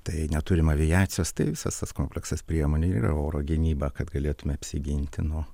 tai neturim aviacijos tai visas tas kompleksas priemonė yra oro gynyba kad galėtume apsiginti nuo